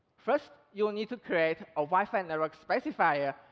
first, you'll need to create a wi-fi networkspecifier,